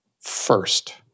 first